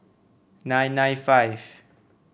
nine nine five